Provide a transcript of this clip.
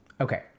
Okay